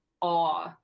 awe